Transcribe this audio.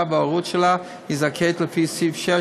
וההורות שלה היא זכאית לפי סעיף 6,